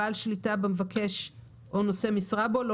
בעל שליטה במבקש או נושא משרה בו לא